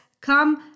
come